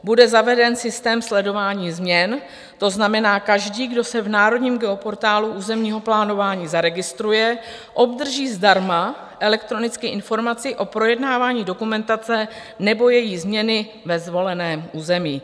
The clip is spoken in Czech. Bude zaveden systém sledování změn, to znamená každý, kdo se v Národním geoportálu územního plánování zaregistruje, obdrží zdarma elektronicky informaci o projednávání dokumentace nebo její změny ve svoleném území.